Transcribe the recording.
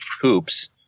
hoops